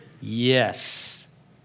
Yes